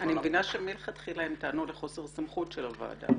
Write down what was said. אני מבינה שמלכתחילה הם טענו לחוסר סמכות של הוועדה.